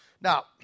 Now